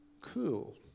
cool